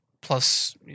Plus